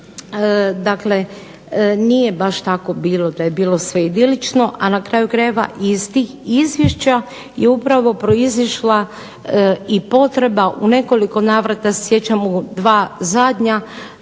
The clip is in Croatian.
Dakle, nije baš tako bilo da je bilo sve idilično. A na kraju krajeva iz tih izvješća je upravo proizišla i potreba. U nekoliko navrata ja se sjećam u dva zadnja